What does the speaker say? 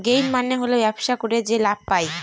gain মানে হল ব্যবসা করে যে লাভ পায়